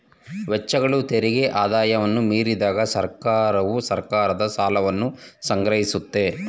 ವೆಚ್ಚಗಳು ತೆರಿಗೆ ಆದಾಯವನ್ನ ಮೀರಿದಾಗ ಸರ್ಕಾರವು ಸರ್ಕಾರದ ಸಾಲವನ್ನ ಸಂಗ್ರಹಿಸುತ್ತೆ